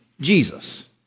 Jesus